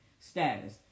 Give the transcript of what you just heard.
status